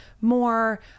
more